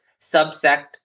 subsect